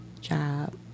job